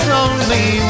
lonely